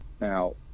Now